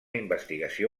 investigació